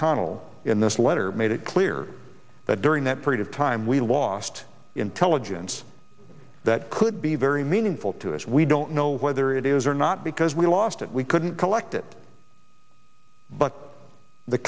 connell in this letter made it clear that during that period of time we lost intelligence that could be very meaningful to us we don't know whether it is or not because we lost it we couldn't collect it but the